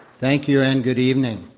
thank you and good evening.